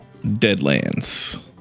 Deadlands